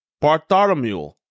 Bartholomew